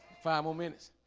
five more minutes